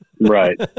Right